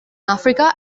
africa